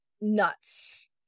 nuts